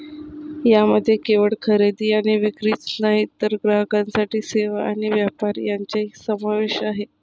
यामध्ये केवळ खरेदी आणि विक्रीच नाही तर ग्राहकांसाठी सेवा आणि व्यापार यांचाही समावेश आहे